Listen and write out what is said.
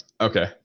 okay